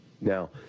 Now